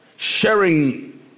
Sharing